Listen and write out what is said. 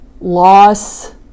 loss